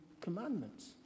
commandments